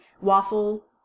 waffle